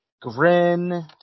Grin